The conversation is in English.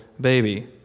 baby